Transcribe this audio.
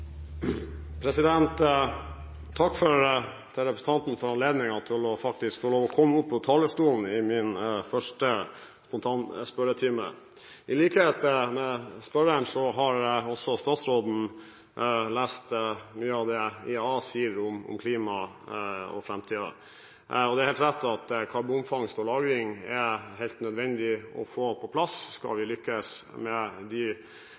Takk til representanten for at jeg får anledning til faktisk å få komme opp på talerstolen i min første spontanspørretime. I likhet med spørreren har også statsråden lest mye av det IEA sier om klima og framtiden. Og det er helt rett at karbonfangst og -lagring er helt nødvendig å få på plass, skal vi lykkes med